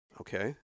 okay